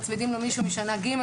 מצמידים לו מישהו משנה ג',